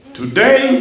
today